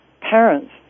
parents